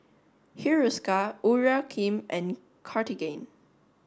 Hiruscar Urea and Cartigain